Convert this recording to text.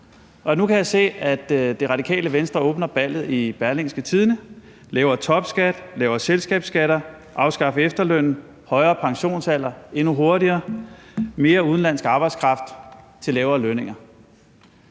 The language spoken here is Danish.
Nu kan jeg se, at Det Radikale Venstre åbner ballet i Berlingske Tidende: Lavere topskat, lavere selskabsskatter, afskaffelse af efterlønnen, højere pensionsalder endnu hurtigere, mere udenlandsk arbejdskraft til lavere lønninger.